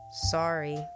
Sorry